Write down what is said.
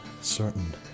certain